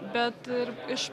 bet ir iš